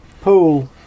pool